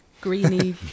greeny